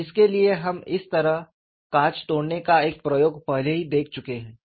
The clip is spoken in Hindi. और जिसके लिए हम इस तरह काँच तोड़ने का एक प्रयोग पहले ही देख चुके हैं